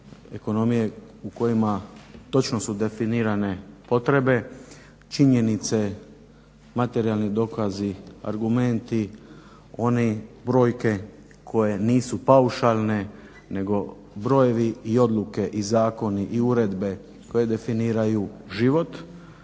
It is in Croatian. ekonomije u kojoj točno su definirane potrebe, činjenice, materijalni dokazi, argumenti one brojke koje nisu paušalne nego brojevi i odluke i zakoni i uredbe koje definiraju život